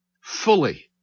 fully